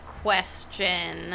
Question